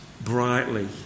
brightly